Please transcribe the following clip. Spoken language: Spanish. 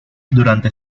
durante